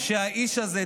שהאיש הזה,